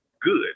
good